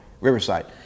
riverside